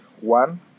One